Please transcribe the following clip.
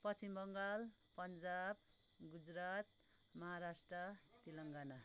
Paschim Bengal Punjab Gujarat Maharashtra Telangana